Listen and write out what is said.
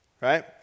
right